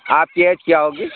آپ کی ایج کیا ہوگی